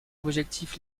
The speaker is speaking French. objectif